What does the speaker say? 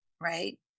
right